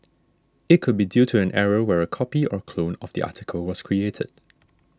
it could be due to an error where a copy or clone of the article was created